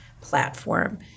platform